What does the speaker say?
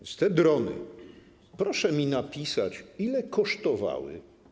Więc te drony, proszę mi napisać, ile kosztowały.